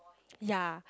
yea